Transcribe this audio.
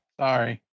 sorry